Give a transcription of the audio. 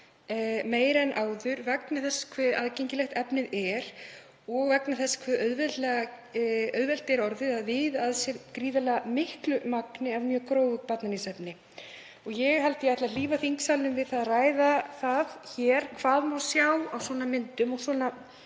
meira en áður, vegna þess hve aðgengilegt efnið er og vegna þess hve auðvelt er orðið að viða að sér gríðarlega miklu magni af mjög grófu barnaníðsefni. Ég ætla að hlífa þingsalnum við að ræða hér hvað má sjá á svona myndum og svona